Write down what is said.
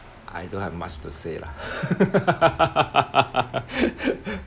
I don't have much to say lah